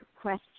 question